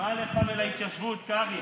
מה לך ולהתיישבות, קרעי?